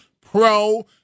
pro